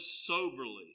soberly